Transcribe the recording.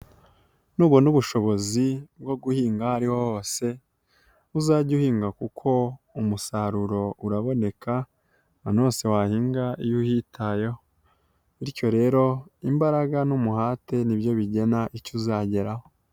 Nubona ubushobozi bwo guhinga aho ariho hose uzajye uhinga kuko umusaruro uraboneka ahantu hose wahinga iyo uhitayeho, bityo rero imbaraga n'umuhate nibyo bigena icyo uzageraho.